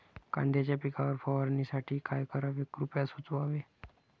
कांद्यांच्या पिकावर फवारणीसाठी काय करावे कृपया सुचवावे